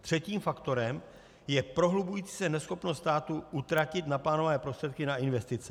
Třetím faktorem je prohlubující se neschopnost státu utratit naplánované prostředky na investice.